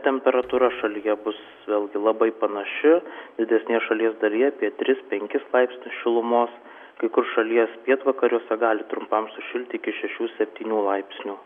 temperatūra šalyje bus vėlgi labai panaši didesnėje šalies dalyje apie tris penkis laipsnius šilumos kai kur šalies pietvakariuose gali trumpam sušilti iki šešių septynių laipsnių